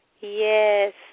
Yes